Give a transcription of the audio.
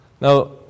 Now